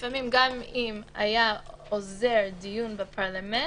גם אם היה עוזר דיון בפרלמנט,